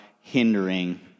hindering